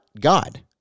God